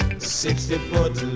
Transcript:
sixty-foot